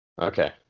Okay